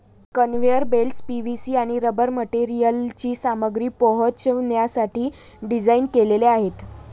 conveyor belts PVC आणि rubber मटेरियलची सामग्री पोहोचवण्यासाठी डिझाइन केलेले आहेत